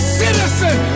citizen